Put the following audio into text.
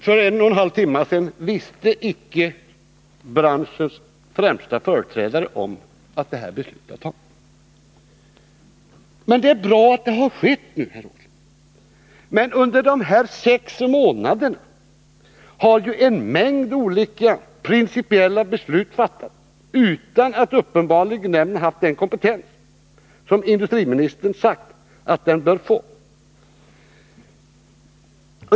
För en och en halv timme sedan visste icke branschens främsta företrädare om, att det beslutet hade tagits. Det är bra att det har skett nu, men under de här sex månaderna har ju en mängd olika, principiella beslut fattats utan att nämnden uppenbarligen haft den kompetens som industriministern sagt att den bör få.